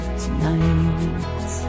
tonight